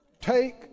Take